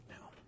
now